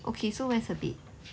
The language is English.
okay so where's her bed